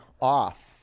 off